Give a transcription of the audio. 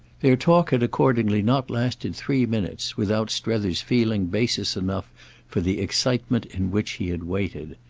their talk had accordingly not lasted three minutes without strether's feeling basis enough for the excitement in which he had waited.